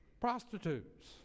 prostitutes